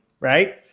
right